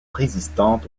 résistantes